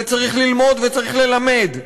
וצריך ללמוד וצריך ללמד.